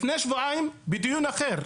לפני שבועיים, בדיון אחר,